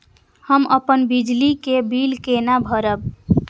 हम अपन बिजली के बिल केना भरब?